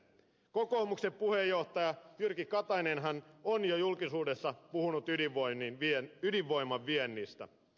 kokoomuksen puheenjohtaja jyrki katainenhan on jo julkisuudessa puhunut ydinvoiman viennistä